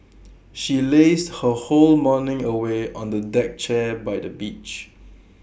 she lazed her whole morning away on A deck chair by the beach